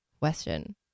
question